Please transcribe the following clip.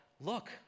look